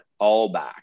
Allback